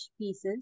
pieces